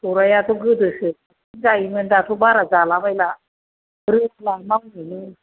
सौरायाथ' गोदोसो जि जायोमोन दाथ' बारा जालाबायला रोंला मावनोनो